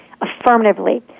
affirmatively